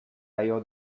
allò